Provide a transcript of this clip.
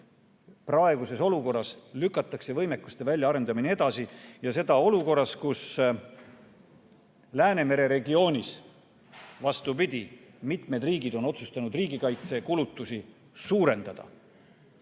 praeguses olukorras lükatakse võimekuste väljaarendamine edasi. Praeguses olukorras, kus Läänemere regioonis, vastupidi, mitmed riigid on otsustanud riigikaitsekulutusi suurendada